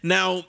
Now